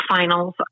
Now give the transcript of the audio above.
finals